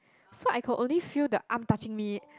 so I could only feel the arm touching me